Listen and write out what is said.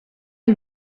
een